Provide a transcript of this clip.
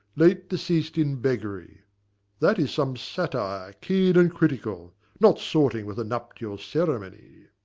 late deceas'd in beggary that is some satire, keen and critical, not sorting with a nuptial ceremony.